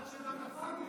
שלכם.